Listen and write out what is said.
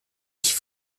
ich